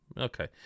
Okay